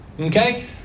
Okay